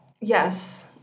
yes